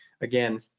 again